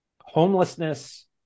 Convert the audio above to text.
homelessness